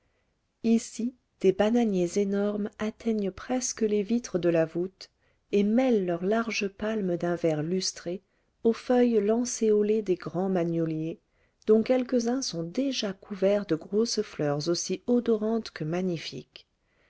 ici des bananiers énormes atteignent presque les vitres de la voûte et mêlent leurs larges palmes d'un vert lustré aux feuilles lancéolées des grands magnoliers dont quelques-uns sont déjà couverts de grosses fleurs aussi odorantes que magnifiques